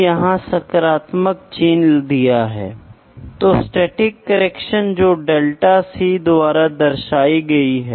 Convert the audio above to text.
तो यहाँ एक महत्वपूर्ण शब्दावली है जिसे कैलिब्रेशन कहा जाता है जो अस्तित्व में आता है